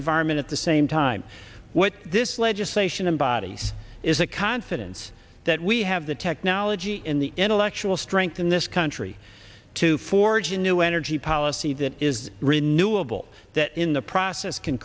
environment at the same time what this legislation embodies is a confidence that we have the tech ology in the intellectual strength in this country to forge a new energy policy that is renewable that in the process can